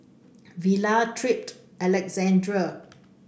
Vela Tripp and Alessandra